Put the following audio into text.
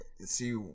See